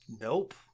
Nope